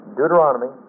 Deuteronomy